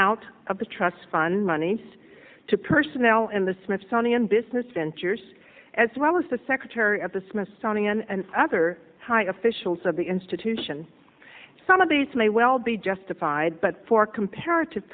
out of the trust fund monies to personnel in the smithsonian business ventures as well as the secretary of the smithsonian and other high officials of the institution some of these may well be justified but for comparative